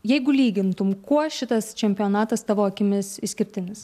jeigu lygintum kuo šitas čempionatas tavo akimis išskirtinis